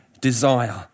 desire